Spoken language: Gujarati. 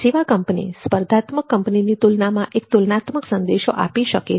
સેવા કંપની સ્પર્ધાત્મક કંપનીની તુલનામાં એક તુલનાત્મક સંદેશો આપી શકે છે